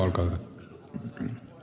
arvoisa puhemies